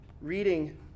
reading